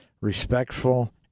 respectful